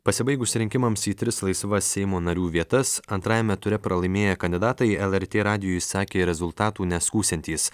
pasibaigus rinkimams į tris laisvas seimo narių vietas antrajame ture pralaimėję kandidatai lrt radijui sakė rezultatų neskųsiantys